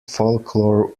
folklore